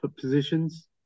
positions